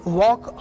walk